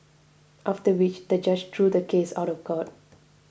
after which the judge threw the case out of court